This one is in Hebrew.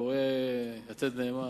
קורא "יום ליום",